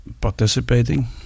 participating